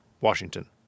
Washington